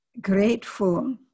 grateful